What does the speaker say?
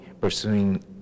pursuing